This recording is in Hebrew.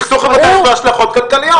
לסכסוך עבודה יש השלכות כלכליות.